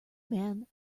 man